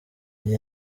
iyi